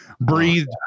breathed